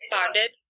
Bonded